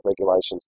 regulations